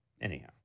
Anyhow